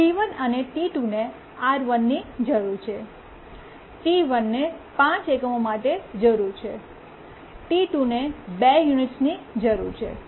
T1 અને T2 ને R1 ની જરૂર છે T1 ને 5 એકમો માટે જરૂર છે T2 ને 2 યુનિટ્સની જરૂર છે